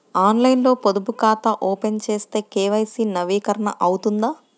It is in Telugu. ఆన్లైన్లో పొదుపు ఖాతా ఓపెన్ చేస్తే కే.వై.సి నవీకరణ అవుతుందా?